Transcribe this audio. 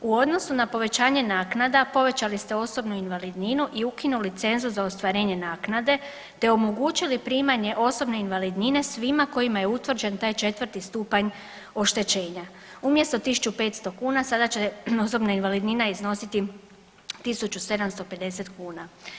U odnosu na povećanju naknada povećali ste osobnu invalidninu i ukinuli cenzus za ostvarenje naknade te omogućili primanje osobne invalidnine svima kojima je utvrđen taj 4. stupanj oštećenja, umjesto 1.500 kuna sada će osobna invalidnina iznositi 1.750 kuna.